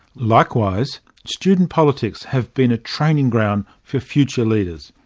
likewise student politics have been a training ground for future leaders.